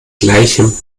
gleichem